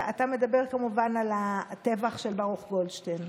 אתה מדבר כמובן על הטבח של ברוך גולדשטיין.